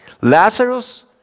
Lazarus